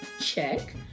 Check